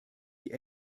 die